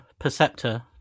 perceptor